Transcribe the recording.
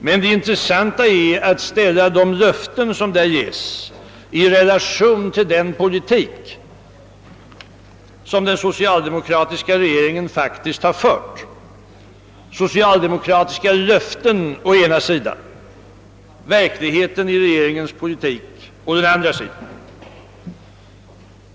Nej, det intressanta är att ställa de löften som där ges i relation till den politik som den socialdemokratiska regeringen faktiskt har fört: socialdemokratiska löften å ena sidan och verkligheten i regeringens politik å andra sidan.